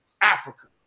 Africa